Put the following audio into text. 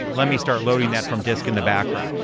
let me start loading that from disk in the background.